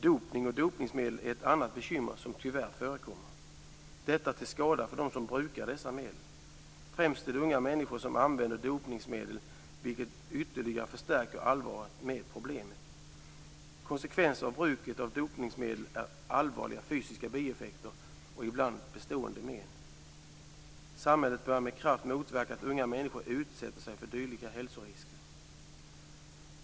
Dopning och dopningsmedel är ett annat bekymmer som tyvärr förekommer - till skada för dem som brukar dessa medel. Främst är det unga människor som använder dopningsmedel, vilket ytterligare förstärker allvaret med problemet. Konsekvenser av bruket av dopningsmedel är allvarliga fysiska bieffekter och ibland bestående men. Samhället bör med kraft motverka att unga människor utsätter sig för dylika hälsorisker.